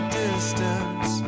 distance